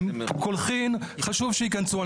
קולחין, חשוב שייכנסו.